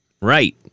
Right